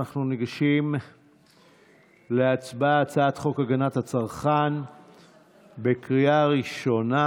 אנחנו ניגשים להצבעה על הצעת חוק הגנת הצרכן בקריאה ראשונה.